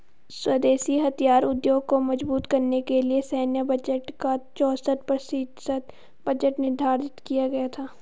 स्वदेशी हथियार उद्योग को मजबूत करने के लिए सैन्य बजट का चौसठ प्रतिशत बजट निर्धारित किया गया था